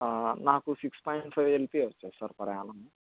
నాకు six point five LPA వచ్చేది sir per Yanam